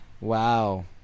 Wow